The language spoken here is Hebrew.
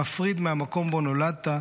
מפריד מהמקום שבו נולדת,